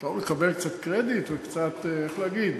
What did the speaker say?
טוב לקבל קצת קרדיט וקצת, איך להגיד,